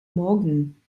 morgen